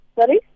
sorry